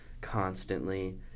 constantly